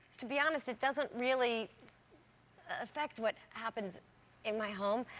to be honest, it doesn't really affect what happens in my home.